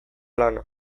lana